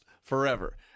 forever